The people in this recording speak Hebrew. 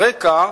ברקע,